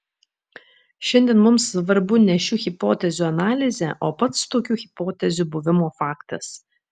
šiandien mums svarbu ne šių hipotezių analizė o pats tokių hipotezių buvimo faktas